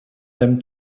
them